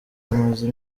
amaze